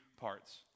parts